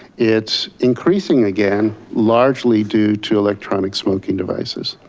it's increasing again largely due to electronic smoking devices.